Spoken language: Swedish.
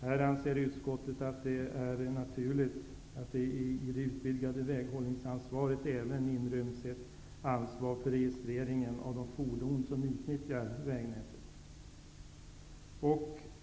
Utskottet anser att det är naturligt att i det utvidgade väghållningsansvaret även inrymma ett ansvar för registreringen av de fordon som utnyttjar vägnätet.